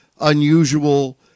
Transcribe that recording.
unusual